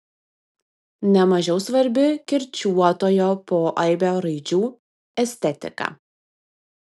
ne mažiau svarbi kirčiuotojo poaibio raidžių estetika